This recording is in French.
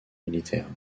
militaire